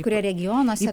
kurie regionuose